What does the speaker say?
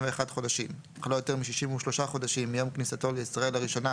חודשים אך לא יותר מ-63 חודשים מיום כניסתו לישראל לראשונה